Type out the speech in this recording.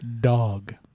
dog